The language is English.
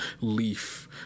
leaf